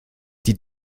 die